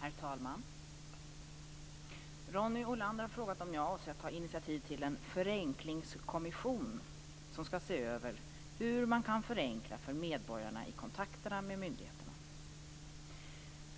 Herr talman! Ronny Olander har frågat om jag avser att ta initiativ till en "förenklingskommission" som skall se över hur man kan förenkla för medborgarna i kontakten med myndigheter.